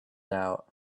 out